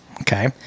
Okay